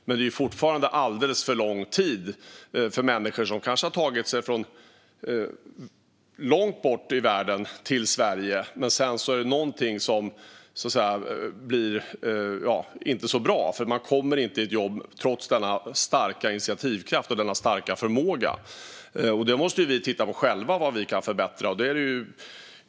Det är fortfarande alldeles för lång tid för människor som kanske har tagit sig från långt bort i världen till Sverige men där det sedan inte blivit så bra, för man kommer inte i jobb trots stark initiativkraft och förmåga. Där måste vi själva titta på vad vi kan förbättra.